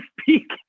speak